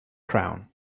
crown